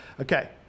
Okay